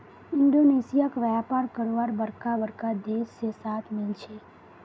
Indonesia क व्यापार करवार बरका बरका देश से साथ मिल छे